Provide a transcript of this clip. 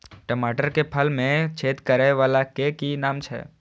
टमाटर के फल में छेद करै वाला के कि नाम छै?